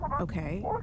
Okay